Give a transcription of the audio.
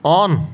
on